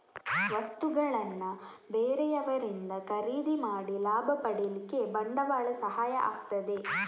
ವಸ್ತುಗಳನ್ನ ಬೇರೆಯವರಿಂದ ಖರೀದಿ ಮಾಡಿ ಲಾಭ ಪಡೀಲಿಕ್ಕೆ ಬಂಡವಾಳ ಸಹಾಯ ಆಗ್ತದೆ